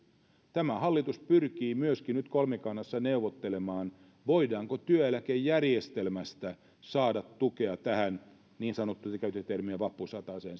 tämä hallitus pyrkii myöskin nyt kolmikannassa neuvottelemaan voidaanko työeläkejärjestelmästä saada tukea tähän niin sanottuun te käytitte tätä termiä vappusataseen